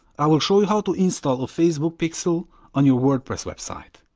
i will show you how to install a facebook pixel on your wordpress website.